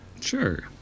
Sure